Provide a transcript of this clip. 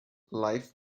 life